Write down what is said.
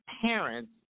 parents